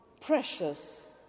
precious